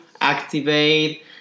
activate